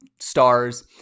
stars